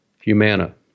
Humana